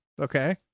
Okay